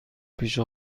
پیش